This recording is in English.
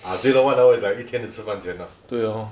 ah 对 lor one hour is like 一天的吃饭钱 lor